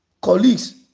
colleagues